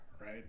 right